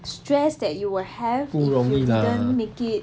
stress that you will have you didn't make it